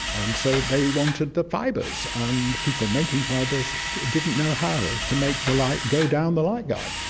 and so they wanted the fibres. and people making fibres didn't know how to make the light go down the light guide.